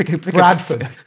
Bradford